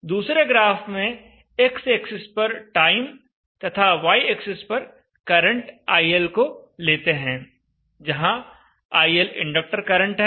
दूसरे ग्राफ में x axis पर टाइम तथा y एक्सिस पर करंट IL को लेते हैं जहां IL इंडक्टर करंट है